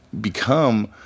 become